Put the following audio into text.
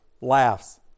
laughs